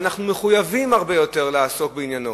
ואנחנו מחויבים הרבה יותר לעסוק בעניינו.